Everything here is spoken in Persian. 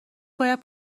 باید